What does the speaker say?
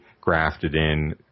grafted-in